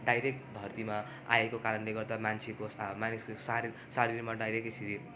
direct धरतीमा आएको कारणले गर्दा मान्छेको मानिसको शरीर शरीरमा डाइरेक्ट यसरी